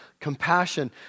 Compassion